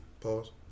Pause